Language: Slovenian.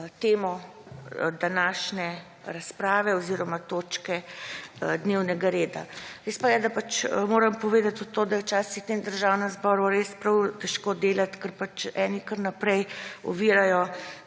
temo današnje razprave oziroma točke dnevnega reda. Res pa je, da pač moram povedati tudi to, da je včasih v tem državnem zboru res prav težko delati, ker pač eni kar naprej ovirajo